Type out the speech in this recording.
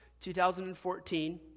2014